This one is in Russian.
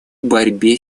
борьбе